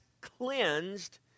cleansed